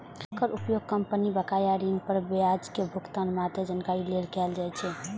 एकर उपयोग कंपनी बकाया ऋण पर ब्याजक भुगतानक मादे जानकारी लेल कैल जाइ छै